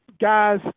guys